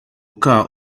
car